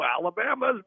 Alabama's